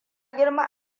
girma